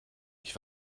ich